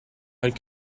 and